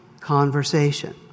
conversation